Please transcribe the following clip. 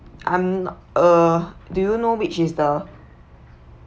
I'm uh do you know which is the